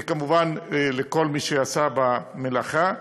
וכמובן, לכל מי שעשה במלאכה.